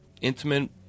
Intimate